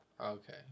Okay